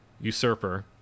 usurper